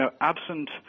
absent